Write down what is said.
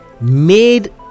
made